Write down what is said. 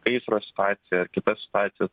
gaisro situaciją ar kitas situacijas